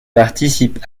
participe